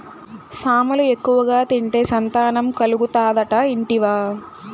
సామలు ఎక్కువగా తింటే సంతానం కలుగుతాదట ఇంటివా